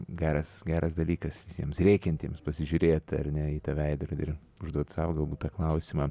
geras geras dalykas visiems rėkiantiems pasižiūrėt ar ne į tą veidrodį ir užduot sau galbūt tą klausimą